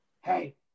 hey